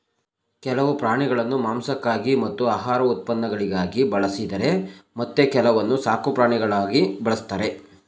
ಕೆಲವು ಪ್ರಾಣಿಗಳನ್ನು ಮಾಂಸಕ್ಕಾಗಿ ಮತ್ತು ಆಹಾರ ಉತ್ಪನ್ನಗಳಿಗಾಗಿ ಬಳಸಿದರೆ ಮತ್ತೆ ಕೆಲವನ್ನು ಸಾಕುಪ್ರಾಣಿಗಳಾಗಿ ಬಳ್ಸತ್ತರೆ